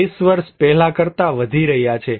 20 વર્ષ પહેલા કરતા વધી રહ્યા છે